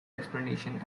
explanation